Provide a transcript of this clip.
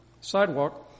sidewalk